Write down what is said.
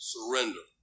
Surrender